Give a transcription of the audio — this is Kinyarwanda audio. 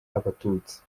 abatutsi